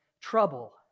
trouble